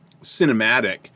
cinematic